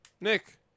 Nick